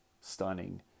stunning